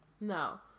No